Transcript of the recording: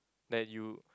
that you